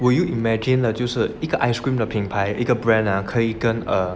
will you imagine 的就是一个 ice cream 的品牌一个 brand ah 可以跟 err